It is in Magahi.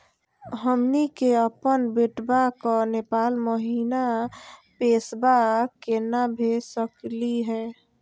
हमनी के अपन बेटवा क नेपाल महिना पैसवा केना भेज सकली हे?